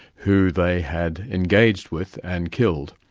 who they had engaged with and killed.